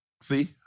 See